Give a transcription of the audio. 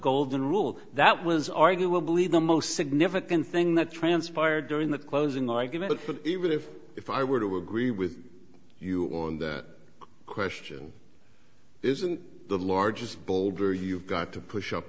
golden rule that was arguably the most significant thing that transpired during the closing argument but even if if i were to agree with you on that question isn't the largest boulder you've got to push up